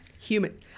human